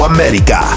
America